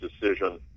decision